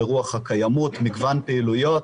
הוא ברוח הקיימות, מגוון פעילויות.